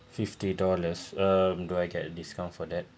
fifty dollars um do I get a discount for that